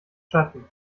schatten